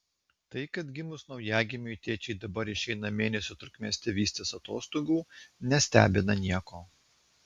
tai kad gimus naujagimiui tėčiai dabar išeina mėnesio trukmės tėvystės atostogų nestebina nieko